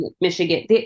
Michigan